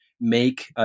make